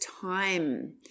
time